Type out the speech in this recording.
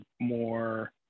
more